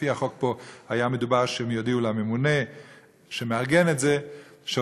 לפי החוק פה היה מדובר שהם יודיעו לממונה שמארגן את זה שרוצים